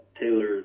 Taylor